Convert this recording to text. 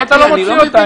למה אתה לא מוציא אותה?